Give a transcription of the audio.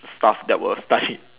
stuff that were studied